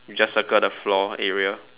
you just circle the floor area